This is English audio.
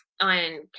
on